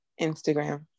instagram